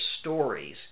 stories